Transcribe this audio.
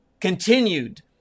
continued